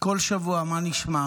כל שבוע: מה נשמע?